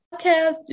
podcast